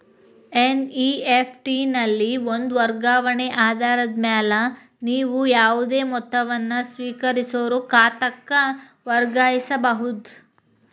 NEFT ನಲ್ಲಿ ಒಂದ ವರ್ಗಾವಣೆ ಆಧಾರದ ಮ್ಯಾಲೆ ನೇವು ಯಾವುದೇ ಮೊತ್ತವನ್ನ ಸ್ವೇಕರಿಸೋರ್ ಖಾತಾಕ್ಕ ವರ್ಗಾಯಿಸಬಹುದ್